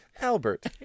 Albert